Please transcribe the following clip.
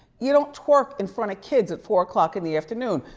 you don't twerk in front of kids at four o'clock in the afternoon.